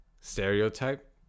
stereotype